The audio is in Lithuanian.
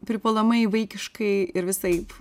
pripuolamai vaikiškai ir visaip